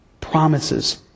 promises